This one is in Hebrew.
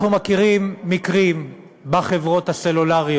אנחנו מכירים מקרים של קשישים בחברות הסלולר.